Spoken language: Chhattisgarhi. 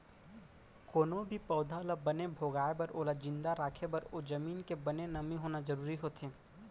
कोनो भी पउधा ल बने भोगाय बर ओला जिंदा राखे बर ओ जमीन के बने नमी होना जरूरी होथे